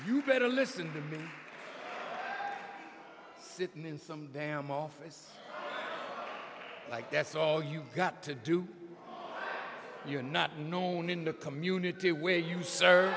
you better listen to me sit in some damn office like that's all you've got to do you're not known in the community where you serve